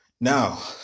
now